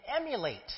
emulate